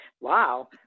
wow